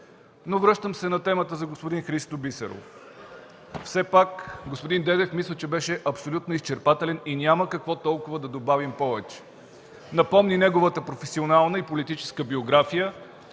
Връщам се на темата за господин Христо Бисеров. Все пак мисля, че господин Дедев беше абсолютно изчерпателен и няма какво толкова да добавим повече. Напомни и неговата професионална и политическа биография,